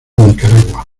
nicaragua